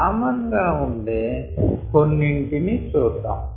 common గా ఉండే కొన్నింటిని చూద్దాం